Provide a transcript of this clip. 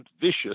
vicious